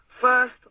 First